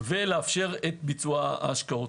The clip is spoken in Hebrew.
ולאפשר את ביצוע ההשקעות.